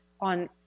on